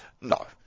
No